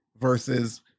versus